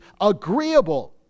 agreeable